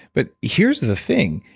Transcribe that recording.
but here's the thing,